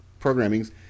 programmings